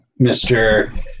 Mr